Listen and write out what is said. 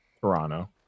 Toronto